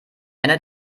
ende